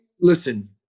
Listen